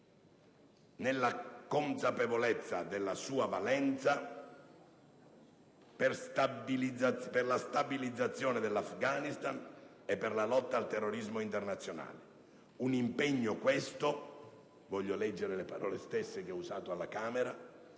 nella consapevolezza della sua valenza, per la stabilizzazione dell'Afghanistan e per la lotta al terrorismo internazionale. Un impegno - voglio leggere le parole stesse che ho usato alla Camera